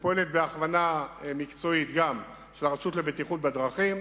שפועלת בהכוונה מקצועית גם של הרשות לבטיחות בדרכים,